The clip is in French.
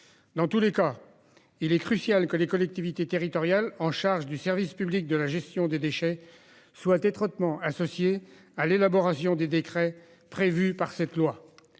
Dans tous les cas, il est crucial que les collectivités territoriales chargées du service public de la gestion des déchets soient étroitement associées à l'élaboration des décrets prévus par cette loi.